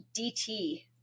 DT